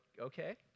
okay